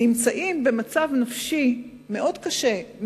נמצאים במצב נפשי מאוד קשה,